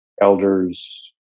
elders